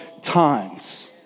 times